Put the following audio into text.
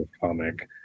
comic